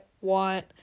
want